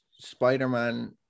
Spider-Man